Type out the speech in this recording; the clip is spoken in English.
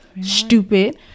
stupid